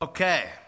Okay